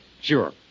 Sure